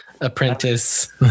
apprentice